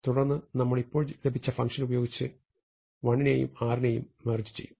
തുടർന്ന് നമ്മൾ ഇപ്പോൾ ലഭിച്ച ഫംഗ്ഷൻ ഉപയോഗിച്ച് l നെയും r നെയും മെർജ് ചെയ്യും